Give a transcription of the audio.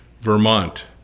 Vermont